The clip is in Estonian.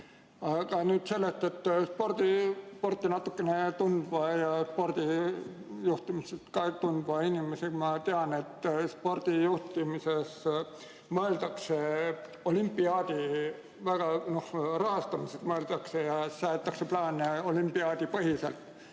Aga nüüd sellest, et sporti natukene tundva ja ka spordi juhtimist tundva inimesena ma tean, et spordi juhtimises mõeldakse olümpiaadi rahastamisele, seatakse plaane olümpiaadipõhiselt